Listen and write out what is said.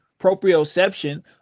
proprioception